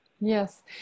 Yes